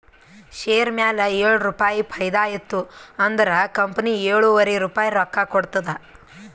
share ಮ್ಯಾಲ ಏಳು ರುಪಾಯಿ ಫೈದಾ ಇತ್ತು ಅಂದುರ್ ಕಂಪನಿ ಎಳುವರಿ ರುಪಾಯಿ ರೊಕ್ಕಾ ಕೊಡ್ತುದ್